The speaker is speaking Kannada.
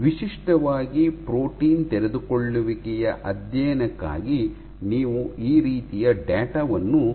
ವಿಶಿಷ್ಟವಾಗಿ ಪ್ರೋಟೀನ್ ತೆರೆದುಕೊಳ್ಳುವಿಕೆಯ ಅಧ್ಯಯನಕ್ಕಾಗಿ ನೀವು ಈ ರೀತಿಯ ಡೇಟಾ ವನ್ನು ರೂಪಿಸುವುದಿಲ್ಲ